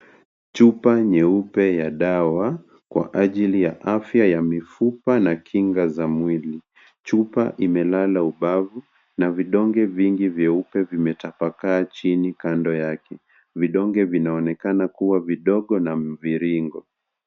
Chupa nyeupe ya dawa kwa ajili ya afya ya mifupa na kinga za mwili. Chupa imelala ubavu na vidonge vingi vyeupe vimetapakaa chini kando yake. Vidonge vinaonekana kuwa vidogo na mviringo.